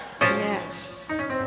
Yes